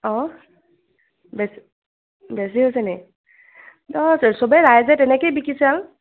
অ বে বেছি হৈছেনি নহয় সবে ৰাইজে তেনেকৈয়ে বিকিছে আৰু